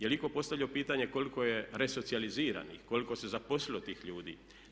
Je li itko postavio pitanje koliko je resocijaliziranih, koliko se zaposlilo tih ljudi?